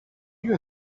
you